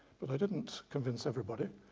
but i didn't convince everybody.